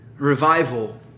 Revival